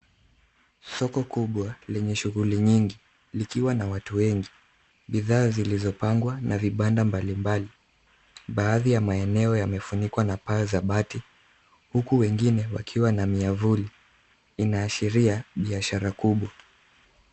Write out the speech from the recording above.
Soko kubwa lenye shughuli nyingi likiwa na watu wengi, bidhaa zilizopangwa na vibanda mbalimbali. Baadhi ya maeneo yamefunikwa na paa za bati huku wengine wakiwa na miavuli, inaashiria biashra kubwa.